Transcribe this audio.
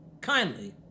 Kindly